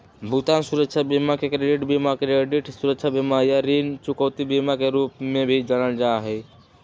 भुगतान सुरक्षा बीमा के क्रेडिट बीमा, क्रेडिट सुरक्षा बीमा, या ऋण चुकौती बीमा के रूप में भी जानल जा हई